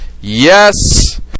yes